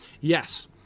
Yes